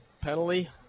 penalty